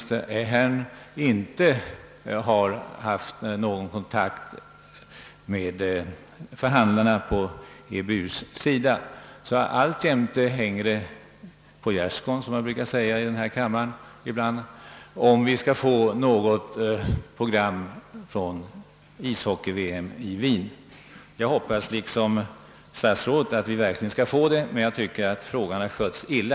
Ahearne, ordförande i Internationella ishockeyförbundet, ännu i detta ögonblick inte har haft någon kontakt med förhandlarna på EBU:s sida. Alltjämt hänger det alltså på gärdsgården — som man brukar säga här i kammaren ibland — om vi skall få något program från ishockey-VM i Wien. Jag hoppas liksom statsrådet att vi verkligen skall få det, men jag tycker att saken har skötts illa.